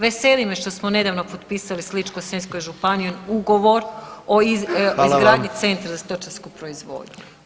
Veseli me što smo nedavno potpisali s Ličko-senjskom županijom ugovor o izgradnji [[Upadica predsjednik: Hvala vam.]] Centra za stočarsku proizvodnju.